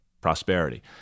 prosperity